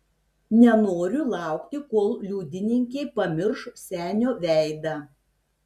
nenoriu laukti kol liudininkė pamirš senio veidą